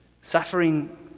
Suffering